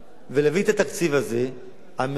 ולהביא את התקציב הזה על מנת